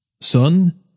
Son